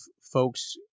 folks